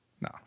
no